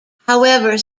however